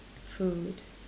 food